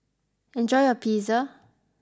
enjoy your Pizza